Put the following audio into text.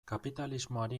kapitalismoari